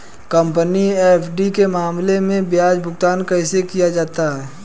Company FD के मामले में ब्याज भुगतान कैसे किया जाता है?